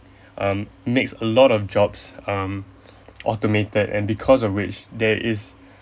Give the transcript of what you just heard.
um makes a lot of jobs um automated and because of which there is